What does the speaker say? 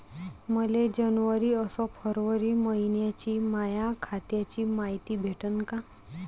मले जनवरी अस फरवरी मइन्याची माया खात्याची मायती भेटन का?